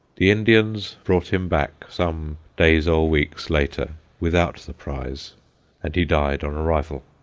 the indians brought him back, some days or weeks later, without the prize and he died on arrival.